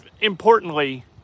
importantly